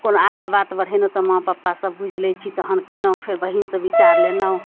कोनो आगा बात बढ़ेलहुँ तऽ माँ पपासँ बुझि लय छी तहन कयलहुँ फेर बहिनसँ विचार लेलहुँ